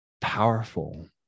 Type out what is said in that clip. powerful